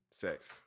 sex